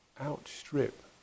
outstrip